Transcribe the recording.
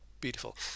beautiful